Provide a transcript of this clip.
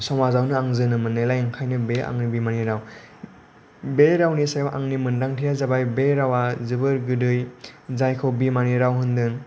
समाजावनो आं जोनोम मोननायलाय ओंखायनो बे आंनि बिमानि राव बे रावनि सायाव आंनि मोन्दांथिआ जाबाय बे रावा जोबोर गोदै जायखौ बिमानि राव होन्दों